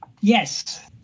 Yes